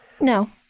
No